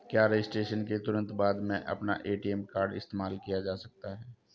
क्या रजिस्ट्रेशन के तुरंत बाद में अपना ए.टी.एम कार्ड इस्तेमाल किया जा सकता है?